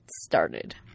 started